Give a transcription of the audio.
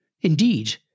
Indeed